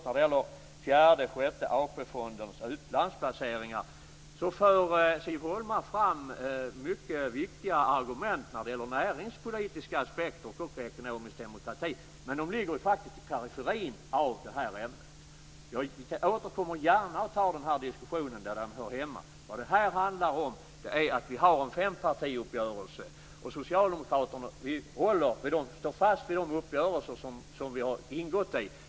När det gäller fjärde-sjätte AP-fondernas utlandsplaceringar för Siv Holma fram mycket viktiga argument när det gäller näringspolitiska aspekter och ekonomisk demokrati, men de ligger faktiskt i periferin av det här ämnet. Jag återkommer gärna och tar upp den diskussionen där den hör hemma. Vad det här handlar om är att vi har en fempartiuppgörelse. Socialdemokraterna står fast vid de uppgörelser som har ingåtts.